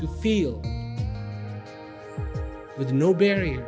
to feel with no barrier